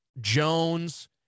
Jones